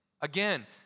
Again